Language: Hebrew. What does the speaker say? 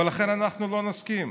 ולכן אנחנו לא נסכים.